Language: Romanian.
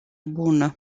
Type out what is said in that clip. bună